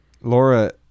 laura